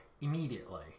immediately